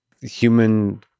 human